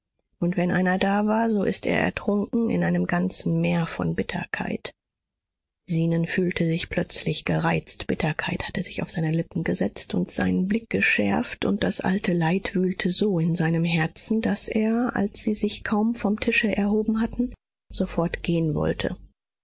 und wenn einer da war so ist er ertrunken in einem ganzen meer von bitterkeit zenon fühlte sich plötzlich gereizt bitterkeit hatte sich auf seine lippen gesetzt und seinen blick geschärft und das alte leid wühlte so in seinem herzen daß er als sie sich kaum vom tische erhoben hatten sofort gehen wollte